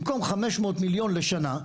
במקום 500 מיליון לשנה,